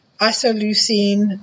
isoleucine